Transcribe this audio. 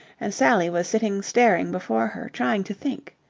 and sally was sitting staring before her, trying to think.